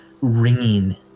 ringing